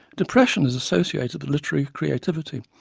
depression is associated with literary creativity,